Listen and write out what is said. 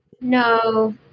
No